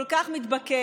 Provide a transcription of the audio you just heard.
כל כך מתבקש,